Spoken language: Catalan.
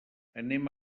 anem